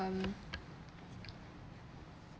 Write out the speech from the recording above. um